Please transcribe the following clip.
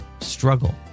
struggle